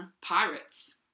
Pirates